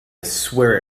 swear